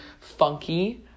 funky